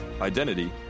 identity